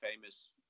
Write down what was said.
famous